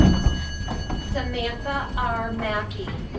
samantha r. mackie.